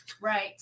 Right